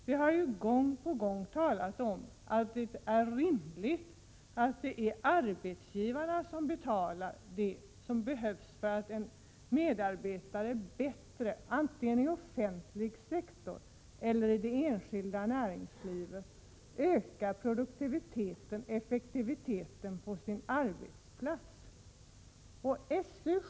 Vi har gång på gång talat om att det är rimligt att arbetsgivarna betalar det som behövs för att en medarbetare bättre, antingen 117 inom den offentliga sektorn eller i det enskilda näringslivet, ökar produktiviteten och effektiviteten på sin arbetsplats.